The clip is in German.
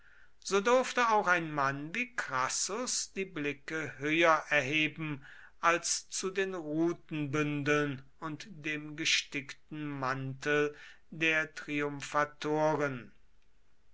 so durfte auch ein mann wie crassus die blicke höher erheben als zu den rutenbündeln und dem gestickten mantel der